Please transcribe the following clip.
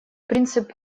принцип